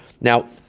Now